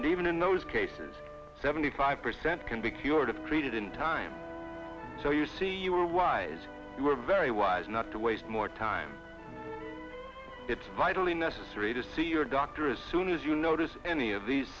and even in those cases seventy five percent can be cured of treated in time so you see you are wise you are very wise not to waste more time it's vitally necessary to see your doctor as soon as you notice any of these